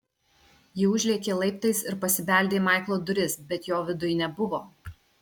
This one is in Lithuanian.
ji užlėkė laiptais ir pasibeldė į maiklo duris bet jo viduj nebuvo